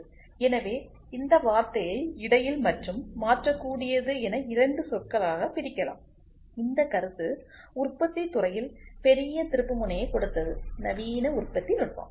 எனவே இந்த வார்த்தையை இடையில் மற்றும் மாற்றக்கூடியது என் 2 சொற்களாக பிரிக்கலாம் இந்த கருத்து உற்பத்தித் துறையில் பெரிய திருப்பு முனையை கொடுத்தது நவீன உற்பத்தி நுட்பம்